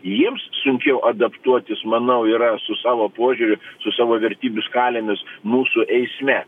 jiems sunkiau adaptuotis manau yra su savo požiūriu su savo vertybių skalėmis mūsų eisme